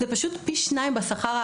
זה פשוט פי שניים בשכר.